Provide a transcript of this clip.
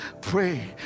pray